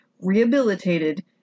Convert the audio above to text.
rehabilitated